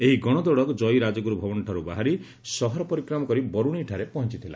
ଏହି ଗଶ ଦୌଡ ଜୟୀ ରାଜଗୁରୁ ଭବନଠାରୁ ବାହାରି ସହର ପରିକ୍ରମା କରି ବରୁଶେଇ ଠାରେ ପହଞ୍ଥିଲା